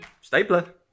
stapler